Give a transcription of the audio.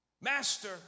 Master